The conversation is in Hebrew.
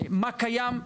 מה קיים,